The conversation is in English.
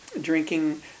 drinking